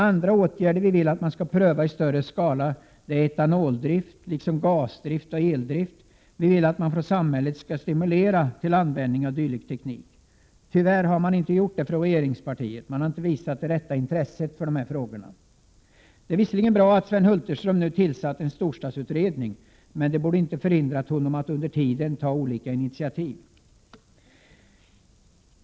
Andra åtgärder som vi vill att man skall pröva i större skala är etanoldrift liksom gasdrift och eldrift. Vi vill att samhället skall stimulera användningen av dylik teknik. Tyvärr har inte regeringspartiet visat rätt intresse i dessa frågor. Det är visserligen bra att Sven Hulterström tillsatt en storstadsutredning, men det borde inte ha hindrat honom från att under tiden ta olika initiativ.